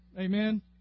Amen